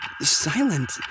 silent